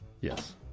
Yes